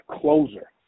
closer